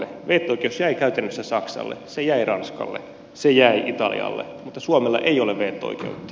veto oikeus jäi käytännössä saksalle se jäi ranskalle se jäi italialle mutta suomella ei ole veto oikeutta